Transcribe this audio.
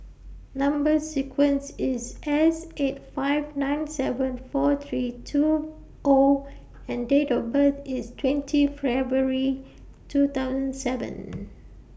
Number sequence IS S eight five nine seven four three two O and Date of birth IS twenty February two thousand seven